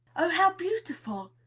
oh, how beautiful!